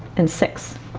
and six.